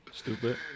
Stupid